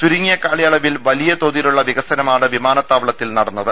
ചുരുങ്ങിയ കാലയളവിൽ വലിയ തോതിലുള്ള വികസനമാണ് വിമാനത്താതാവളത്തിൽ നടന്നത്